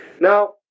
Now